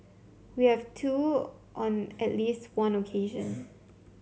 we have too on at least one occasion